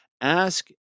ask